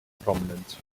prominent